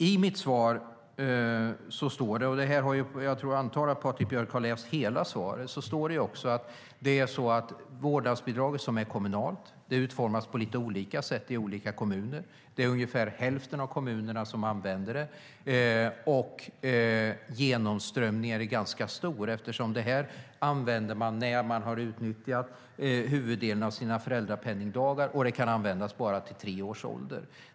I mitt svar - jag antar att Patrik Björck har läst hela svaret - står det också att vårdnadsbidraget, som är kommunalt, utformas på lite olika sätt i olika kommuner. Det är ungefär hälften av kommunerna som använder det. Genomströmningen är ganska stor eftersom man använder det när man har utnyttjat huvuddelen av sina föräldrapenningdagar och det bara kan användas tills barnet är tre år.